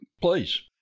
Please